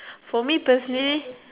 for me personally